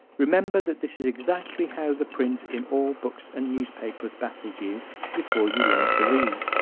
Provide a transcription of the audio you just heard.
remember that this is exactly how the print in all books and newspapers baffled you before you learned to read.